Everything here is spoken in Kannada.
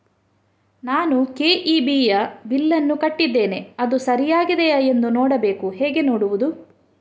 ನಾನು ಕೆ.ಇ.ಬಿ ಯ ಬಿಲ್ಲನ್ನು ಕಟ್ಟಿದ್ದೇನೆ, ಅದು ಸರಿಯಾಗಿದೆಯಾ ಎಂದು ನೋಡಬೇಕು ಹೇಗೆ ನೋಡುವುದು?